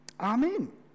Amen